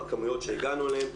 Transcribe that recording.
בכמויות שהגענו אליהן,